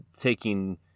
taking